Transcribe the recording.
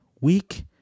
week